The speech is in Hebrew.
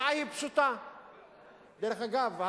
אגב,